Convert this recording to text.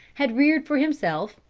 had reared for himself,